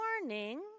morning